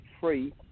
free